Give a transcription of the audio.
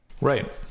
Right